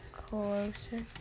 closer